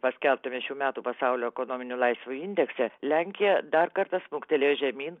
paskelbtame šių metų pasaulio ekonominių laisvių indekse lenkija dar kartą smuktelėjo žemyn